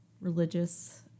religious